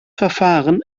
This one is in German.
verfahren